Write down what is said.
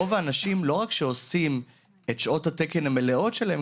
לא רק שאנשים עושים את שעות התקן המלאות שלהם,